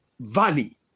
valley